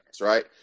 right